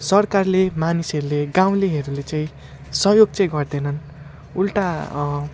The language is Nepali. सरकारले मानिसहरूले गाउँलेहरूले चाहिँ सहयोग चाहिँ गर्दैनन् उल्टा